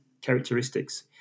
characteristics